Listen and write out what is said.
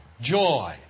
joy